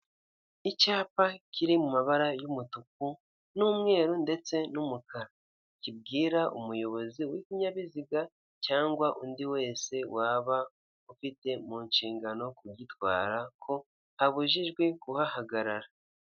Icyapa kiri mu mabara y'umutuku n'umweru ndetse n'umukara, kibwira umuyobozi w'ibinyabiziga cyangwa undi wese waba ufite mu nshingano kugitwara ko abujijwe ku guhahagarara.